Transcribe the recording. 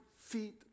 feet